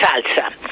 salsa